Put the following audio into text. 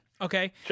Okay